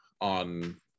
on